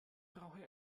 brauche